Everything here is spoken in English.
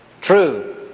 True